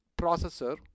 processor